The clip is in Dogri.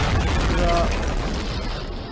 उप्परा